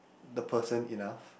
the person enough